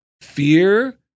fear